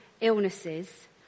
illnesses